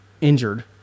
injured